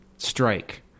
Strike